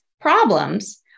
problems